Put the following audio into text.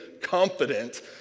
confident